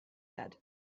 said